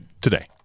today